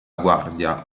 guardia